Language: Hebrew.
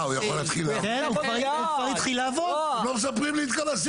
אה, אתם לא מספרים לי את כל הסיפור.